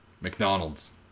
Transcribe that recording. McDonald's